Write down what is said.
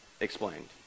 explained